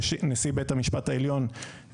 נשיא בית המשפט העליון,